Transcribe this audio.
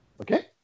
Okay